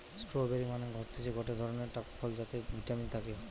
strawberry মানে হতিছে গটে ধরণের টক ফল যাতে ভিটামিন থাকে